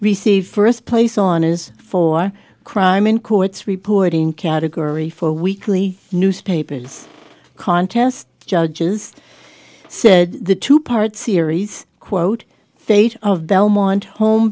received first place on is for crime in courts reporting category four weekly newspapers contest judges said the two part series quote state of